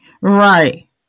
right